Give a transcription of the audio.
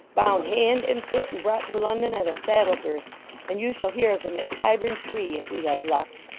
bound hand and foot, and brought to london at a saddle-girth and you shall hear of him at tyburn tree if we have luck.